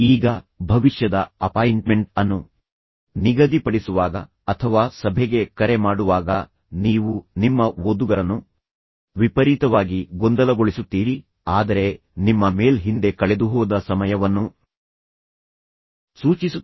ಈಗ ಭವಿಷ್ಯದ ಅಪಾಯಿಂಟ್ಮೆಂಟ್ ಅನ್ನು ನಿಗದಿಪಡಿಸುವಾಗ ಅಥವಾ ಸಭೆಗೆ ಕರೆ ಮಾಡುವಾಗ ನೀವು ನಿಮ್ಮ ಓದುಗರನ್ನು ವಿಪರೀತವಾಗಿ ಗೊಂದಲಗೊಳಿಸುತ್ತೀರಿ ಆದರೆ ನಿಮ್ಮ ಮೇಲ್ ಹಿಂದೆ ಕಳೆದುಹೋದ ಸಮಯವನ್ನು ಸೂಚಿಸುತ್ತದೆ